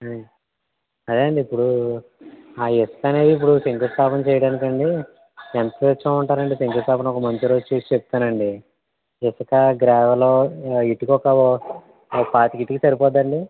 ఆయ్ అదే అండి ఇప్పుడు ఆ ఇసక అనేది ఇప్పుడు శంకుస్థాపన చేయడానికండి ఎంత తెచ్చుకోమంటారండి శంకుస్థాపన ఒక మంచి రోజు చూసి చెప్తానండి ఇసుక గ్రావెలు ఇటుక ఒక ఓ ఓ పాతిక ఇటుక సరిపోతుందా అండి